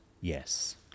Yes